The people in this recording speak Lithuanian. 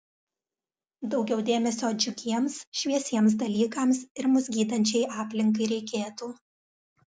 daugiau dėmesio džiugiems šviesiems dalykams ir mus gydančiai aplinkai reikėtų